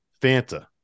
Fanta